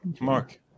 mark